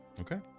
Okay